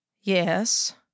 Yes